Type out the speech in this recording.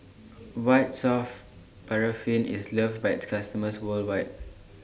White Soft Paraffin IS loved By its customers worldwide